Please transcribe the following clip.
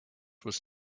was